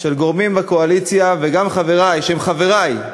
של גורמים בקואליציה וגם של חברי, שהם חברי,